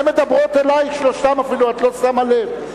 הן מדברות אלייך שלושתן, את אפילו לא שמה לב.